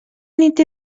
nit